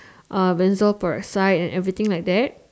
uh benzoyl peroxide and everything like that